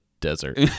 desert